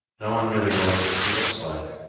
no one really knows what he looks like?